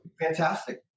Fantastic